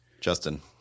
Justin